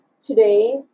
today